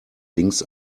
links